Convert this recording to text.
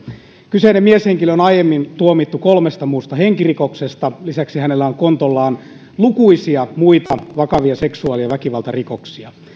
kyseinen mieshenkilö on aiemmin tuomittu kolmesta muusta henkirikoksesta lisäksi hänellä on kontollaan lukuisia muita vakavia seksuaali ja väkivaltarikoksia